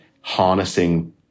harnessing